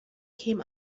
came